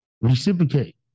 reciprocate